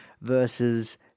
versus